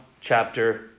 chapter